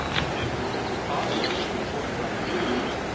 jim o'connell reported on the news,